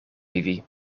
vivi